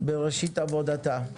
בראשית עבודתה.